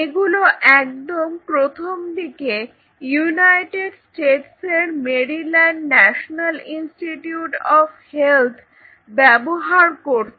এগুলো একদম প্রথম দিকে ইউনাইটেড স্টেটস এর Maryland National Institute of Health ব্যবহার করত